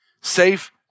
safe